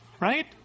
Right